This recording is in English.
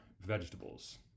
vegetables